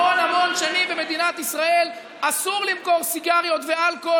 המון המון שנים במדינת ישראל אסור למכור סיגריות ואלכוהול